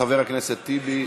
חבר הכנסת טיבי,